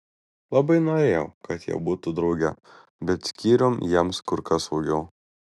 labai norėjau kad jie būtų drauge bet skyrium jiems kur kas saugiau